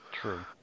True